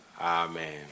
Amen